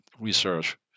research